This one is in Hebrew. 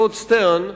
טוד סטרן,